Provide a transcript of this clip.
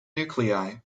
nuclei